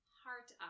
heart